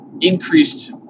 increased